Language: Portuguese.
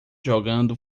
jogando